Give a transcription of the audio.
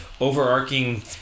overarching